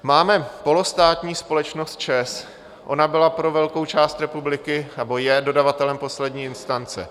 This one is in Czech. Máme polostátní společnost ČEZ, ona byla pro velkou část republiky nebo je dodavatelem poslední instance.